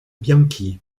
bianchi